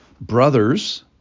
Brothers